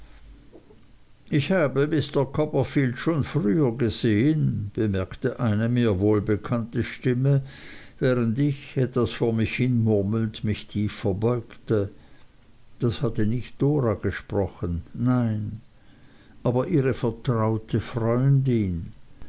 ich habe mr copperfield schon früher gesehen bemerkte eine mir wohlbekannte stimme während ich etwas vor mich hinmurmelnd mich tief verbeugte das hatte nicht dora gesprochen nein aber ihre vertraute freundin